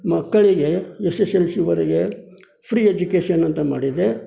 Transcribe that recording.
ಮಕ್ಕಳಿಗೆ S S L ಸಿವರೆಗೆ free education ಅಂತ ಮಾಡಿದೆ